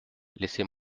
laissez